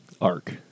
ARC